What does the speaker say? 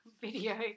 video